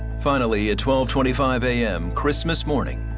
finally, at twelve twenty five am, christmas morning,